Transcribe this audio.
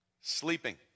sleeping